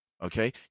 Okay